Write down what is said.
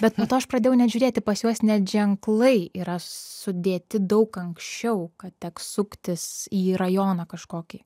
bet po to aš pradėjau net žiūrėti pas juos net ženklai yra sudėti daug anksčiau kad teks suktis į rajoną kažkokį